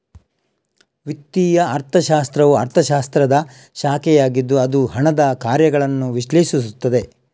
ವಿತ್ತೀಯ ಅರ್ಥಶಾಸ್ತ್ರವು ಅರ್ಥಶಾಸ್ತ್ರದ ಶಾಖೆಯಾಗಿದ್ದು ಅದು ಹಣದ ಕಾರ್ಯಗಳನ್ನು ವಿಶ್ಲೇಷಿಸುತ್ತದೆ